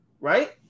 right